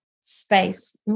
space